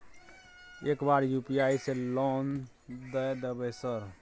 एक बार यु.पी.आई से लोन द देवे सर?